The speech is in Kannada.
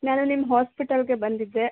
ನಾನು ನಿಮ್ಮ ಹಾಸ್ಪಿಟಲ್ಗೆ ಬಂದಿದ್ದೆ